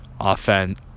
offense